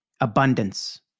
abundance